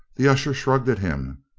the usher shrugged at him.